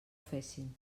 fessin